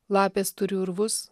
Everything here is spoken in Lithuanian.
lapės turi urvus